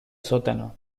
sótano